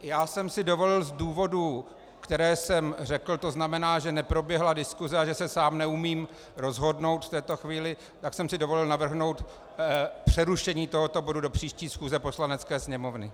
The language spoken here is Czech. Já jsem si dovolil z důvodů, které jsem řekl, to znamená, že neproběhla diskuse a že se sám neumím rozhodnout v této chvíli, tak jsem si dovolil navrhnout přerušení tohoto bodu do příští schůze Poslanecké sněmovny.